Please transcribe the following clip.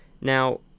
Now